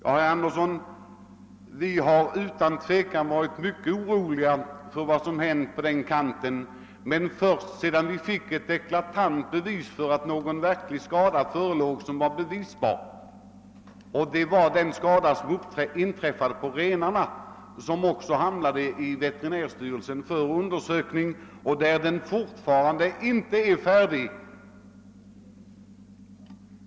Ja, vi har utan tvivel varit mycket oroliga för vad som hänt, men första gången vi fick ett eklatant bevis för verklig skada var när renarna dog. Renarna fördes till veterinärstyrelsen för en undersökning, som fortfarande inte är färdig.